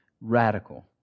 radical